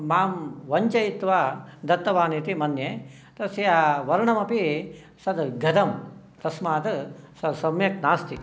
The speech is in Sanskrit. मां वञ्चयित्वा दत्तवान् इति मन्ये तस्या वर्णमपि तत् गतम् तस्मात् तत् सम्यक् नास्ति